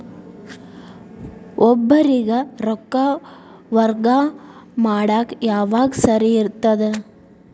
ಒಬ್ಬರಿಗ ರೊಕ್ಕ ವರ್ಗಾ ಮಾಡಾಕ್ ಯಾವಾಗ ಸರಿ ಇರ್ತದ್?